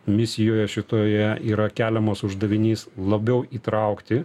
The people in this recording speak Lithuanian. misijoje šitoje yra keliamas uždavinys labiau įtraukti